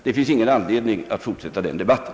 Det finns ingen anledning att fortsätta den debatten.